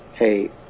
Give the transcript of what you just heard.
Hey